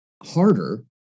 harder